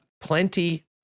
plenty